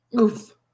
oof